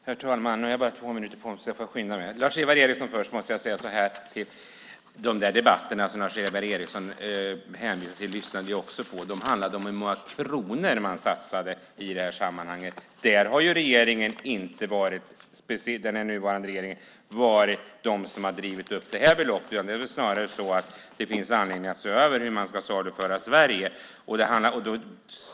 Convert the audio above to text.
Herr talman! Jag har bara två talarminuter så jag får skynda mig. De debatter som Lars-Ivar Ericson hänvisat till lyssnade vi också på. De handlade om hur många kronor man satsade i det här sammanhanget. Där har den nuvarande regeringen inte varit de som drivit upp beloppet. Snarare finns det väl anledning att se över hur man ska saluföra Sverige.